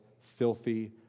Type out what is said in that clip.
filthy